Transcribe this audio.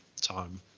time